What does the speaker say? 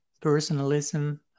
personalism